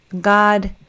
God